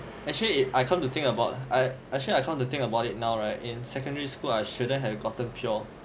actually I come to think about I actually I come to think about it now right in secondary school I shouldn't have gotten pure